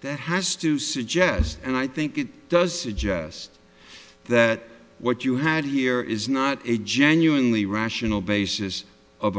that has to suggest and i think it does suggest that what you had here is not a genuinely rational basis of